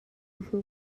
hmu